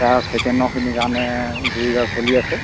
এতিয়া ছেকেণ্ডৰখিনি কাৰণে চলি আছে